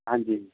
ਹਾਂਜੀ